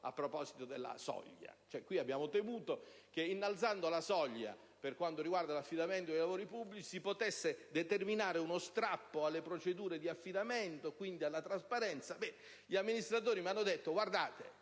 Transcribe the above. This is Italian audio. a proposito della soglia. Abbiamo temuto che innalzando la soglia per quanto riguarda l'affidamento dei lavori pubblici si potesse determinare uno strappo alle procedure di affidamento e quindi alla trasparenza. Ebbene, gli amministratori ci hanno risposto che